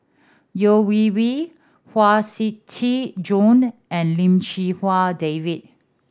Yeo Wei Wei Huang Shiqi Joan and Lim Chee Wai David